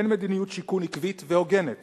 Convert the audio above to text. אין מדיניות שיכון עקבית והוגנת